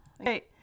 Okay